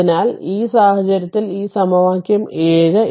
അതിനാൽ ഈ സാഹചര്യത്തിൽ ഈ സമവാക്യം 7